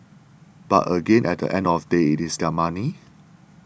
but again at the end of day it's their money